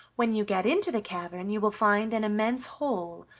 when you get into the cavern you will find an immense hole,